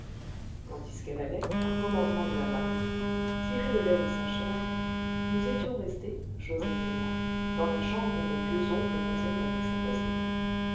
tandis qu'elle allait par commandement de la mariton tirer le lait de sa chèvre nous étions restés joseph et moi dans la chambre où mon vieux oncle causait avec sa voisine